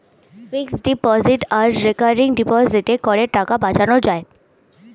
fixed deposit আর recurring ডিপোজিটে করের টাকা বাঁচানো যায়